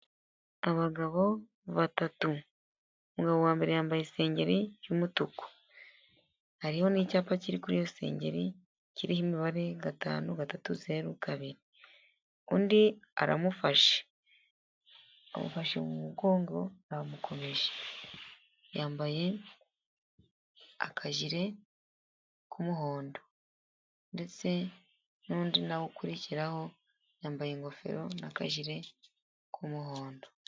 Abagabo batatu, umugabo wa mbere yambaye isengeri y'umutuku, hariho n'icyapa kiri kuri iyo seri kiriho imibare gatanu gatatu zeru kabiri. Undi aramufashe, amufashe mu mugongo aramukomeje, yambaye akajire k'umuhondo ndetse n'undi nawe ukurikiraho yambaye ingofero n'akagire k'umuhondo.